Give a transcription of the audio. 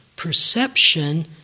Perception